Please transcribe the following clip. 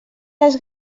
les